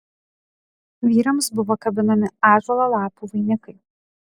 vyrams buvo kabinami ąžuolo lapų vainikai